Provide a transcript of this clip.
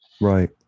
Right